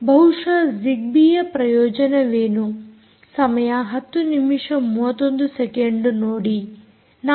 ಬಹುಶಃ ಜಿಗ್ಬೀಯ ಪ್ರಯೋಜನವೇನುಸಮಯ ನೋಡಿ 1031